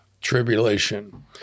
tribulation